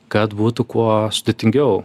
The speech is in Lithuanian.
kad būtų kuo sudėtingiau